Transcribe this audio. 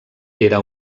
era